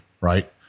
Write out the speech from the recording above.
right